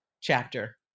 chapter